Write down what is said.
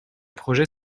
projet